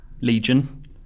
Legion